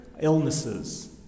illnesses